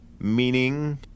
Meaning